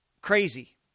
crazy